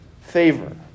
favor